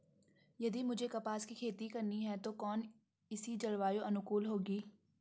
यदि मुझे कपास की खेती करनी है तो कौन इसी जलवायु अनुकूल होगी?